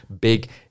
big